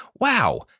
Wow